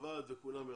הוועד וכולם יחד.